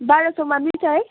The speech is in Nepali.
बाह्र सयमा मिल्छ है